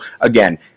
again